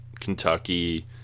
kentucky